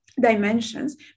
dimensions